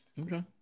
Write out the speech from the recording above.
Okay